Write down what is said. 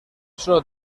solo